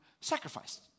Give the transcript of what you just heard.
sacrificed